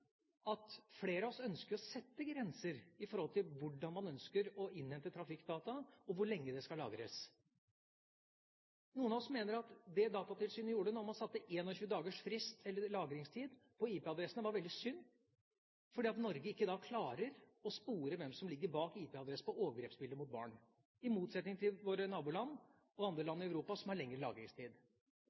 Isaksen: Flere av oss ønsker å sette grenser når det gjelder hvordan man ønsker å innhente trafikkdata, og hvor lenge de skal lagres. Noen av oss mener at det Datatilsynet gjorde da man satte 21 dagers lagringstid for IP-adressene, var veldig synd, fordi Norge da ikke klarer å spore hvem som ligger bak IP-adressene når det gjelder overgrepsbilder av barn, i motsetning til våre naboland og andre land i Europa som har lengre lagringstid.